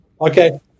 Okay